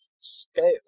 scale